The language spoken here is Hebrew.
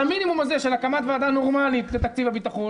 המינימום הזה של הקמת ועדה נורמאלית לתקציב הביטחון.